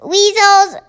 Weasels